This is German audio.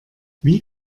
wie